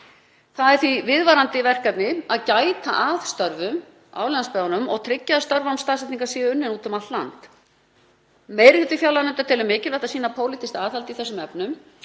Það er því viðvarandi verkefni að gæta að störfum í landsbyggðunum og tryggja að störf án staðsetningar séu unnin úti um allt land. Meiri hluti fjárlaganefndar telur mikilvægt að sýna pólitískt aðhald í þessum efnum